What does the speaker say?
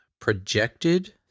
projected